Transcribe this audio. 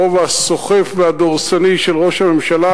הרוב הסוחף והדורסני של ראש הממשלה,